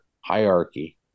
hierarchy